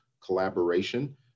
collaboration